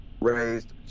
Raised